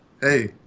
hey